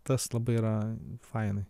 tas labai yra fainai